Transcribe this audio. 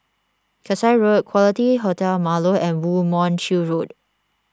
Kasai Road Quality Hotel Marlow and Woo Mon Chew Road